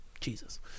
Jesus